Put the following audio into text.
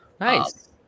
Nice